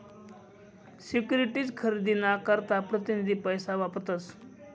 securities खरेदी ना करता प्रतीनिधी पैसा वापरतस